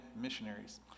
missionaries